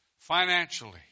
Financially